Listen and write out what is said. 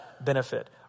benefit